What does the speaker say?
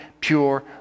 pure